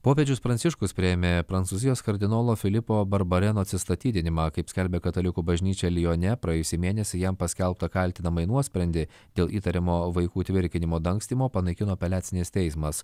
popiežius pranciškus priėmė prancūzijos kardinolo filipo barbareno atsistatydinimą kaip skelbia katalikų bažnyčia lione praėjusį mėnesį jam paskelbtą kaltinamąjį nuosprendį dėl įtariamo vaikų tvirkinimo dangstymo panaikino apeliacinis teismas